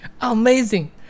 amazing